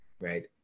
right